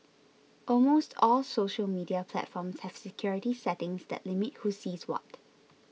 almost all social media platforms have security settings that limit who sees what